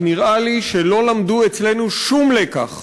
כי נראה לי שלא למדו אצלנו שום לקח